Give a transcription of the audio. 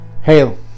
Hail